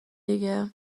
دیگه